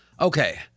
Okay